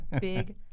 big